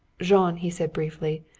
jean, he said briefly,